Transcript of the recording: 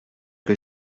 que